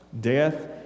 death